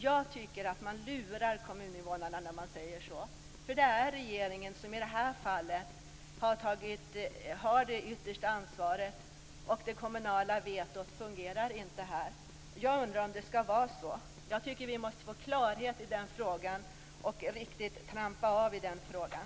Jag tycker att man lurar kommuninvånarna när man säger så. För det är regeringen som i det här fallet har det yttersta ansvaret. Det kommunala vetot fungerar inte här. Jag undrar om det ska vara så. Jag tycker att vi måste få klarhet i den frågan. Vi måste riktigt trampa av i den frågan.